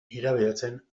irabiatzen